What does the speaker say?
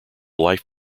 life